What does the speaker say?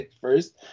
First